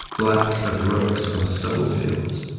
black of rooks on stubble fields.